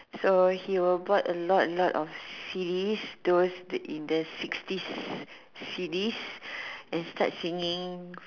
so he will bought lot a lot of C Ds those back in the sixties C Ds and start singing